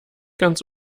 ganz